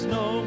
no